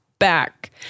Back